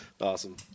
Awesome